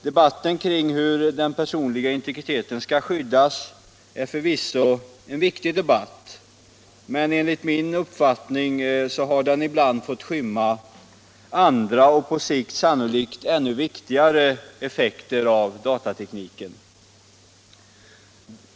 Debatten kring hur den personliga integriteten skall skyddas är förvisso viktig, men enligt min uppfattning har den ibland fått skymma undan andra och på sikt sannolikt ännu viktigare effekter av datatekniken.